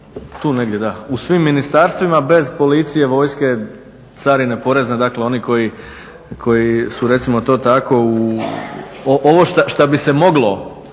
tu negdje, da, u svim ministarstvima bez policije, vojske, carine, porezna, dakle oni koji su recimo to tako, ovo što bi se moglo